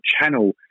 channel